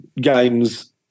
games